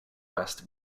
west